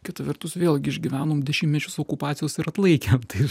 kita vertus vėlgi išgyvenom dešimtmečius okupacijos ir atlaikėm tai